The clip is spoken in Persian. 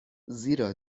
زیرا